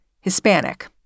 Hispanic